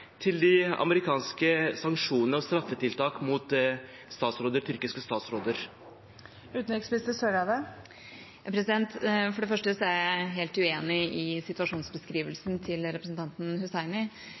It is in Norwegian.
til de amerikanske sanksjonene og straffetiltakene mot tyrkiske statsråder? For det første er jeg helt uenig i